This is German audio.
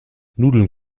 nudeln